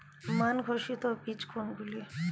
মান ঘোষিত বীজ কোনগুলি?